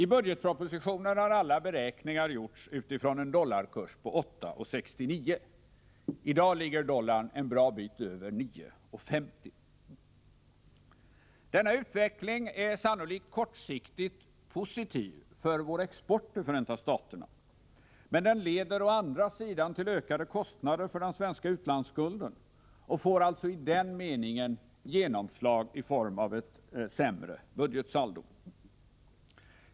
I budgetpropositionen har alla beräkningar gjorts utifrån en dollarkurs på 8:69. I dag ligger dollarn en bra bit över 9:50. Denna utveckling är sannolikt kortsiktigt positiv för vår export till Förenta staterna, men den leder å andra sidan till ökade kostnader för den svenska utlandsskulden och får alltså i den meningen genomslag i form av ett sämre budgetsaldo.